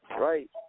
right